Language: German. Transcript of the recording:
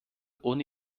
ohne